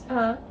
(uh huh)